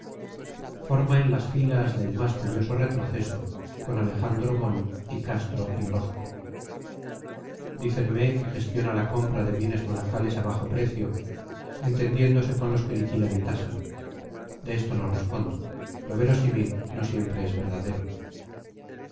forma en las filas del más furioso retroceso con alejandro mon y castro y orozco dícenme que gestiona la compra de bienes monacales a bajo precio entendiéndose con los que liquidan y tasan de esto no respondo lo verosímil no siempre es verdadero